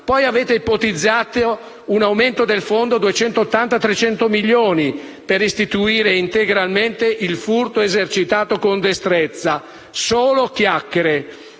Poi avete ipotizzato un aumento del fondo a 280-300 milioni, per restituire integralmente il furto esercitato con destrezza; solo chiacchiere.